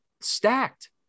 stacked